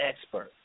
expert